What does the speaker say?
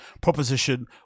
proposition